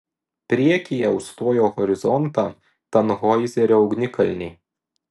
priekyje užstojo horizontą tanhoizerio ugnikalniai